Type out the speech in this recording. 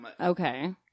Okay